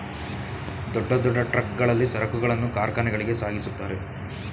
ದೊಡ್ಡ ದೊಡ್ಡ ಟ್ರಕ್ ಗಳಲ್ಲಿ ಸರಕುಗಳನ್ನು ಕಾರ್ಖಾನೆಗಳಿಗೆ ಸಾಗಿಸುತ್ತಾರೆ